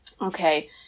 okay